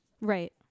Right